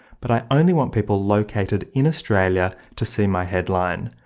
but i only want people located in australia to see my headline,